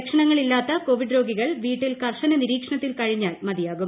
ലക്ഷണങ്ങളില്ലാത്ത Covid രോഗികൾ വീട്ടിൽ കർശന നിരീക്ഷണത്തിൽ കഴിഞ്ഞാൽ മതിയാകും